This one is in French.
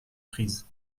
prise